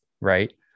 right